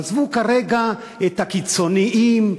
עזבו כרגע את הקיצונים,